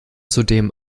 zudem